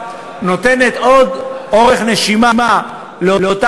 גם אם לא היה אישור פורמלי אבל ניתנה אפשרות לשבת